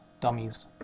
dummies